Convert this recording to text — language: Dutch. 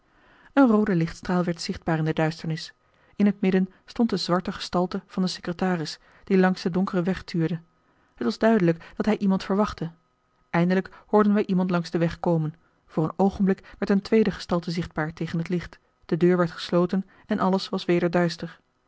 een roode lichtstraal werd zichtbaar in de duisternis in het midden stond de zwarte gestalte van den secretaris die langs den donkeren weg tuurde het was duidelijk dat hij iemand verwachtte eindelijk hoorden wij iemand langs den weg komen voor een oogenblik werd een tweede gestalte zichtbaar tegen het licht de deur werd gesloten en alles was weder duister